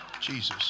Jesus